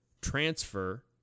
transfer